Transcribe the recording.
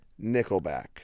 Nickelback